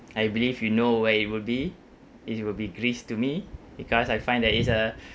I believe you know where it would be it will be greece to me because I find that it's a